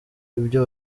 ibyo